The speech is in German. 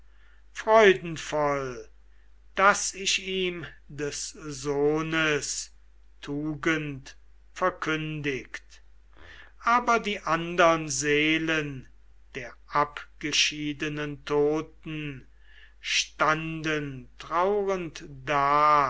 freudenvoll daß ich ihm des sohnes tugend verkündigt aber die andern seelen der abgeschiedenen toten standen trauernd da